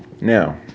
now